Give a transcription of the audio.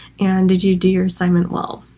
and did you do your assignment? well,